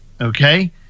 okay